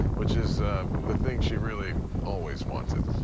which is the thing she really always wanted.